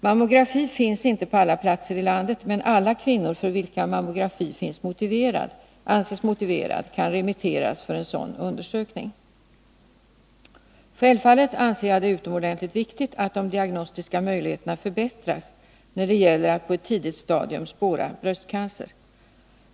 Mammografi finns inte på alla platser i landet, men alla kvinnor för vilka mammografi anses motiverad kan remitteras för en sådan undersökning. Självfallet anser jag det utomordentligt viktigt att de diagnostiska möjligheterna förbättras när det gäller att på ett tidigt stadium spåra brösteancer.